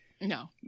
no